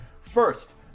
First